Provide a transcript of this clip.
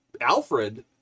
Alfred